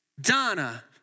Donna